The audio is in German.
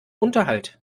unterhalt